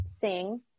sing